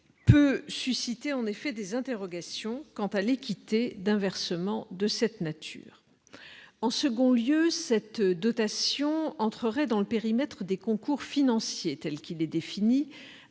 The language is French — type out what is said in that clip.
peut susciter des interrogations : quelle serait l'équité d'un versement de cette nature ? Ensuite, cette dotation entrerait dans le périmètre des concours financiers, tel qu'il est défini